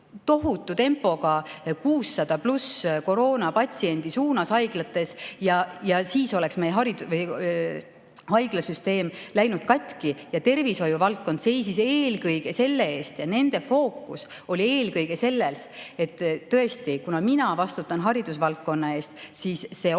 tohutu tempoga 600 pluss koroonapatsiendi suunas. Ja siis oleks meie haiglasüsteem läinud katki. Ja tervishoiuvaldkond seisis eelkõige selle eest ja nende fookus oli eelkõige sellel. Tõesti, kuna mina vastutan haridusvaldkonna eest, siis see oli